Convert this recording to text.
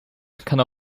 kann